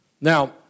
Now